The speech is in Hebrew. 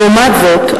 לעומת זאת,